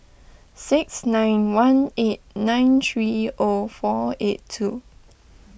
six nine one eight nine three O four eight two